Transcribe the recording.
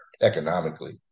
economically